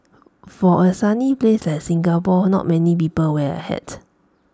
for A sunny place like Singapore not many people wear A hat